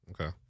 Okay